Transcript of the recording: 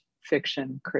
fiction